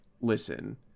listen